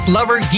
Lover